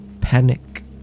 panic